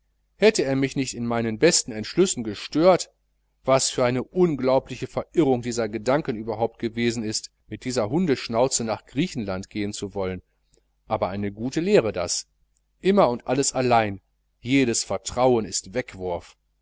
hätte er mich nicht in meinen besten entschlüssen gestört was für eine unglaubliche verirrung dieser gedanke überhaupt gewesen ist mit dieser hundeschnauze zusammen nach griechenland gehen zu wollen aber eine gute lehre das immer und alles allein jedes vertrauen ist wegwurf